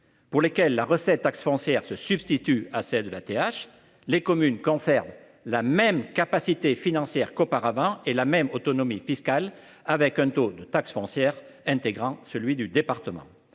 pour lesquelles la recette de taxe foncière se substitue à celle de la taxe d’habitation. Les communes conservent donc la même capacité financière qu’auparavant et la même autonomie fiscale, avec un taux de taxe foncière intégrant celui du département.